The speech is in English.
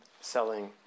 selling